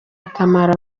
akamaro